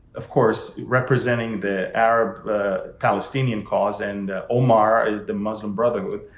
of course, representing the arab palestinian cause. and omar is the muslim brotherhood.